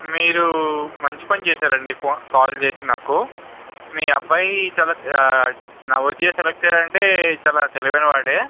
మీరు మంచి పని చేసారు అండి ఫోన్ కాల్ చేసి నాకు మీ అబ్బాయి చాలా నవోదయ సెలెక్ట్ అయ్యాడు అంటే చాలా తెలివైన వాడే